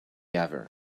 ever